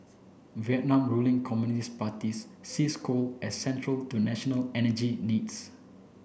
Vietnam Ruling Communist Parties sees coal as central to national energy needs